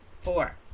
four